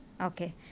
Okay